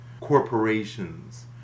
corporations